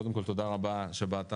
קודם כל תודה רבה שבאת.